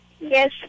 Yes